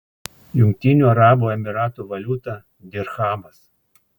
jungtinių arabų emyratų valiuta dirchamas